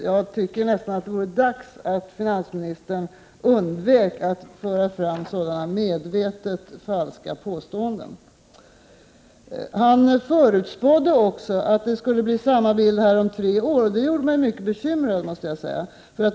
Jag tycker att det vore dags att finansministern undvek att föra fram sådana medvetet falska påståenden. Finansministern förutspådde också att det skulle bli samma bild om tre år. Det gjorde mig mycket bekymrad, måste jag säga.